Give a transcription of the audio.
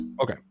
Okay